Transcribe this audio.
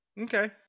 Okay